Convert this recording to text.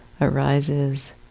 arises